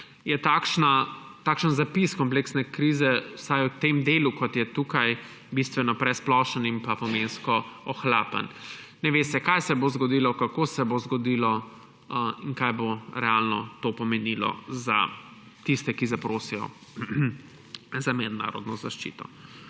je takšen zapis kompleksne krize, vsaj v tem delu kot je tukaj, bistveno presplošen in pomensko ohlapen. Ne ve se, kaj se bo zgodilo, kako se bo zgodilo in kaj bo realno to pomenilo za tiste, ki zaprosijo za mednarodno zaščito.